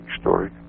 story